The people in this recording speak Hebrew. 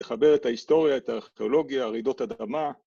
‫לחבר את ההיסטוריה, ‫את הארכיאולוגיה, רעידות אדמה.